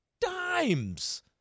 dimes